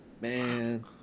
man